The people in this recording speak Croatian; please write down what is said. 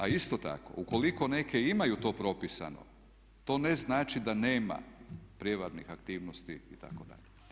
A isto tako ukoliko neke imaju to propisano to ne znači da nema prijevarnih aktivnosti itd.